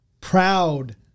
proud